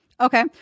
Okay